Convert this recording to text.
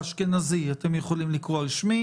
האשכנזי, אתם יכולים לקרוא על שמי.